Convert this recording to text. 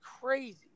crazy